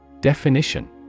Definition